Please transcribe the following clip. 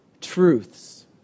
truths